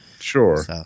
Sure